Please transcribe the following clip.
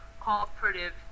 cooperative